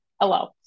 Hello